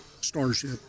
Starship